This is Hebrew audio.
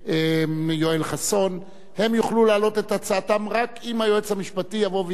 יוכלו להעלות את הצעתם רק אם היועץ המשפטי יבוא ויקבע שאכן ההצעה שלהם,